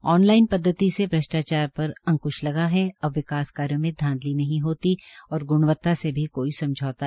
on line पद्वति से श्वष्टाचार पर अकंश लगा है अब विकास कार्यो में धांधली नहीं होती और ग्णवता से भी कोई समझौता नहीं किया